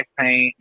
paint